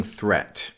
threat